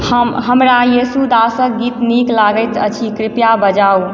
हमरा येशुदासक गीत नीक लगैत अछि कृपया बजाउ